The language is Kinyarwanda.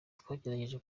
twagerageje